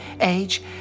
age